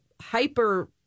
hyper